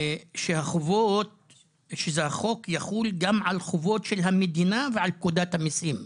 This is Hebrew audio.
שהחוק יחול גם על חובות של המדינה ועל פקודת המיסים.